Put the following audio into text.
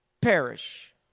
perish